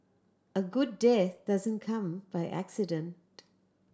a good death doesn't come by accident